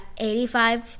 85